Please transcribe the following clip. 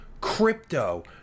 crypto